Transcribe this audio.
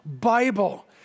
Bible